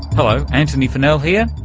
hello, antony funnell here,